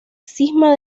cisma